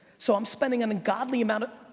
so i'm spending an ungodly amount of,